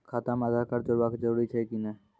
खाता म आधार कार्ड जोड़वा के जरूरी छै कि नैय?